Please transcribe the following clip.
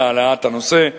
על העלאת הנושא.